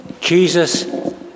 Jesus